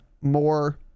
more